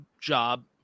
job